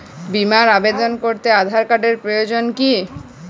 বিমার আবেদন করতে আধার কার্ডের প্রয়োজন কি?